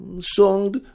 song